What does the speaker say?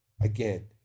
again